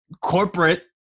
corporate